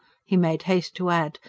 he made haste to add,